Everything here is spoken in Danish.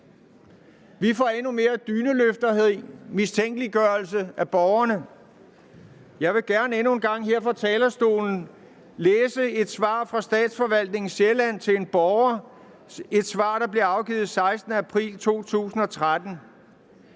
Vi får endnu mere dyneløfteri og mistænkeliggørelse af borgerne. Kl. 09:15 Jeg vil gerne endnu en gang her fra talerstolen oplæse et svar fra Statsforvaltningen Sjælland til en borger – et svar, der bliver givet den 16. april 2013: